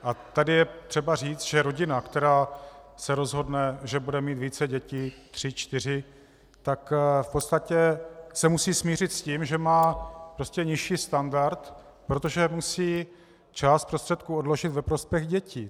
A tady je třeba říci, že rodina, která se rozhodne, že bude mít více dětí tři čtyři tak v podstatě se musí smířit s tím, že má prostě nižší standard, protože musí část prostředků odložit ve prospěch dětí.